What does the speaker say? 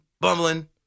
bumbling